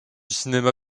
cinéma